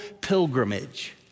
Pilgrimage